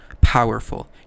powerful